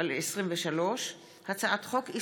פ/1600/23 וכלה בהצעת חוק שמספרה פ/1671/23: הצעת חוק